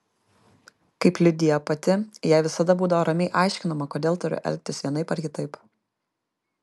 kaip liudija pati jai visada būdavo ramiai aiškinama kodėl turiu elgtis vienaip ar kitaip